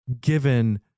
given